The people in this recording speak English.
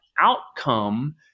outcome